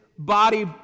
body